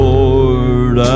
Lord